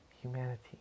humanity